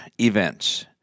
events